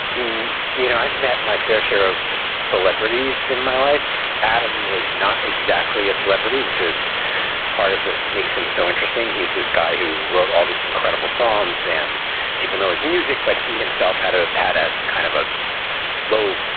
you know, i've met my fair share of celebrities in my life. adam was not exactly a celebrity, which is part of what makes him so interesting. he's this guy who wrote all these incredible songs and people know his music, but he himself had ah had a kind of a low